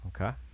Okay